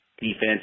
defense